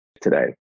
today